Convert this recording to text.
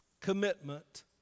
commitment